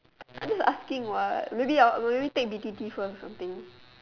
I just asking what maybe I'll maybe take b_t_t first or something